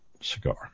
cigar